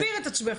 אז תסביר את עצמך.